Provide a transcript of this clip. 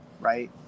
right